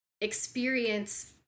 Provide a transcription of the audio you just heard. experience